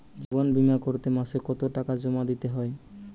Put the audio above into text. জীবন বিমা করতে মাসে কতো টাকা জমা দিতে হয়?